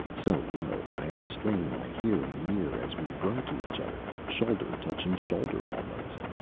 so low that i had to strain my hearing near as we were to each other, shoulder touching shoulder almost.